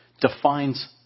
defines